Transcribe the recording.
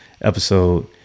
episode